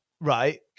right